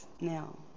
Now